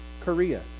Korea